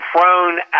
thrown